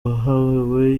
bahawe